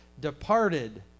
departed